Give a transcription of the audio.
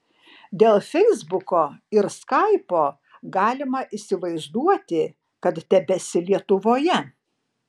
dėl feisbuko ir skaipo galima įsivaizduoti kad tebesi lietuvoje